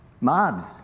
mobs